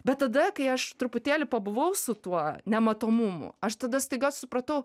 bet tada kai aš truputėlį pabuvau su tuo nematomumu aš tada staiga supratau